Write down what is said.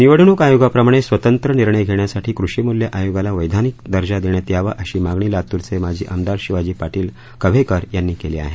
निवडणूक आयोगा माणे वतं निणय घे यासाठी क्र्मीमू य आयोगाला वैधानिक दजा दे यात यावा अशी मागणी लातूरचे माजी आमदार शिवाजी पाटील क हेकर यांनी केली आहे